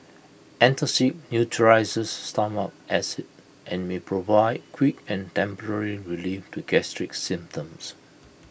antacid neutralises stomach acid and may provide quick and temporary relief to gastric symptoms